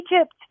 Egypt